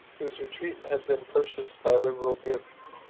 whose retreat had been purchased by liberal gifts,